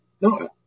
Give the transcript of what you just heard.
No